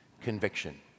conviction